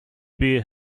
beer